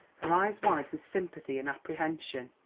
her eyes wide with sympathy and apprehension.